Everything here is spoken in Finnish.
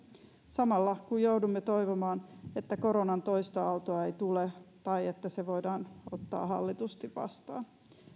samalla kun joudumme toivomaan että koronan toista aaltoa ei tule tai että se voidaan ottaa hallitusti vastaan